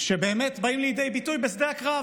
שבאמת באים לידי ביטוי בשדה הקרב,